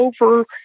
over